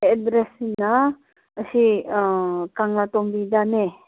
ꯑꯦꯗ꯭ꯔꯦꯁꯅ ꯑꯁꯤ ꯀꯪꯂꯥꯇꯣꯝꯕꯤꯗꯅꯦ